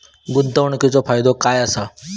गुंतवणीचो फायदो काय असा?